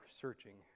searching